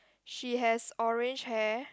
she has orange hair